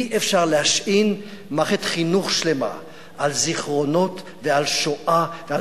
אי-אפשר להשעין מערכת חינוך שלמה על זיכרונות ועל שואה ועל